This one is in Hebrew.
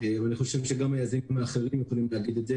ואני חושב שהיזמים האחרים יכולים להגיד את זה,